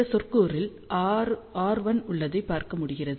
இந்த சொற்கூறில் r1 உள்ளதைப் பார்க்க முடிகிறது